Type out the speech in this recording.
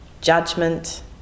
judgment